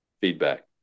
feedback